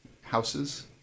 houses